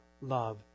love